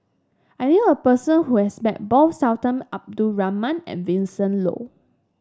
I knew a person who has met both Sultan Abdul Rahman and Vincent Leow